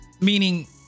Meaning